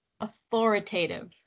authoritative